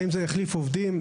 האם זה יחליף עובדים.